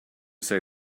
say